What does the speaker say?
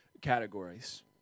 categories